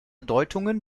deutungen